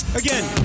again